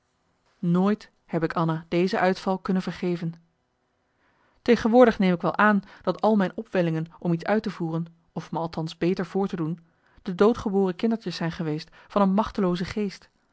nooit heb ik anna deze uitval kunne vergeven tegenwoordig neem ik wel aan dat al mijn opwellingen om iets uit te voeren of me althans beter voor te doen de doodgeboren kindertjes zijn geweest van een machtelooze geest